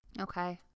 Okay